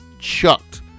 chucked